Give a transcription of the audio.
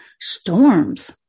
storms